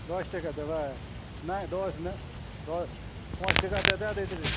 दस टके देबै नहि दस नहि पाँच टका तऽ एतऽ दैत रहै